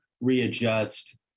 readjust